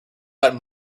gotten